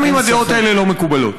גם אם הדעות האלה לא מקובלות.